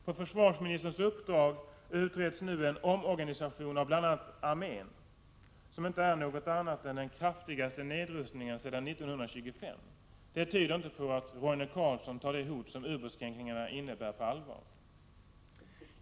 På försvarsministerns uppdrag utreds nu en omorganisation av bl.a. armén, vilket inte innebär något annat än den kraftigaste nedrustningen sedan 1925. Det tyder inte på att Roine Carlsson tar det hot som ubåtskränkningarna innebär på allvar.